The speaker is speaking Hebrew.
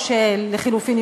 או לחלופין,